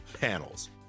panels